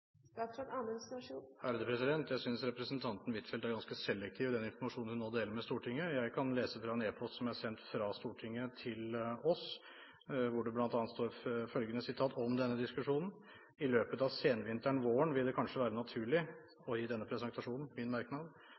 Jeg synes representanten Huitfeldt er ganske selektiv i den informasjonen hun nå deler med Stortinget. Jeg kan lese fra en e-post som er sendt fra Stortinget til oss, hvor det bl.a. står følgende om denne diskusjonen: I løpet av senvinteren/våren vil det kanskje være naturlig, det å gi denne presentasjonen – min merknad